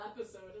episode